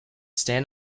stand